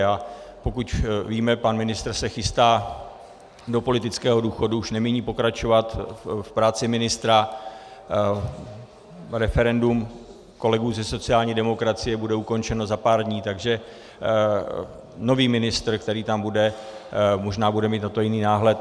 A pokud víme, pan ministr se chystá do politického důchodu, už nemíní pokračovat v práci ministra, referendum kolegů ze sociální demokracie bude ukončeno za pár dní, takže nový ministr, který tam bude, možná bude mít na to jiný náhled.